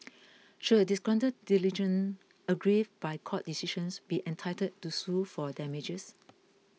should a disgruntled litigant aggrieved by court decisions be entitled to sue for damages